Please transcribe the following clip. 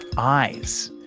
eyes,